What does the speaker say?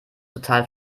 total